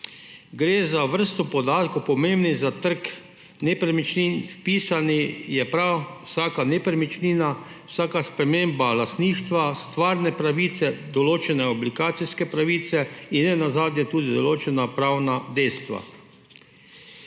Gre za vrsto podatkov, pomembnih za trg nepremičnin. Vpisana je prav vsaka nepremičnina, vsaka sprememba lastništva, stvarne pravice, določene so obligacijske pravice in ne nazadnje tudi določena pravna dejstva.